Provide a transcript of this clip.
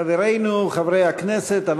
חברינו חברי הכנסת,